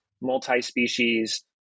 multi-species